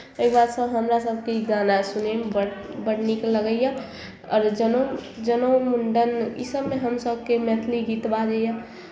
एहि बातसँ हमरा सभकेँ ई गाना सुनयमे बड़ बड नीक लगैए आओर जनेउ जनेउ मुण्डन इसभमे हमसभके मैथिली गीत बाजैए